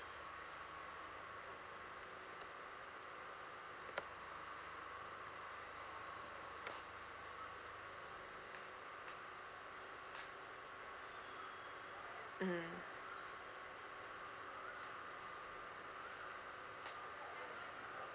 mm